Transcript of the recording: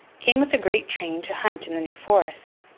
came with a great train to hunt in the new forest.